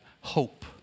hope